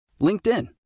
LinkedIn